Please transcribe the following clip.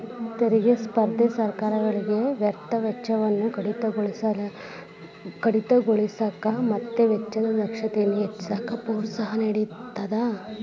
ತೆರಿಗೆ ಸ್ಪರ್ಧೆ ಸರ್ಕಾರಗಳಿಗೆ ವ್ಯರ್ಥ ವೆಚ್ಚವನ್ನ ಕಡಿತಗೊಳಿಸಕ ಮತ್ತ ವೆಚ್ಚದ ದಕ್ಷತೆಯನ್ನ ಹೆಚ್ಚಿಸಕ ಪ್ರೋತ್ಸಾಹ ನೇಡತದ